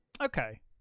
Okay